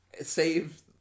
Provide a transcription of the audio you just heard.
save